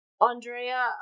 Andrea